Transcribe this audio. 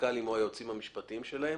המנכ"ל או היועצים המשפטיים שלהם.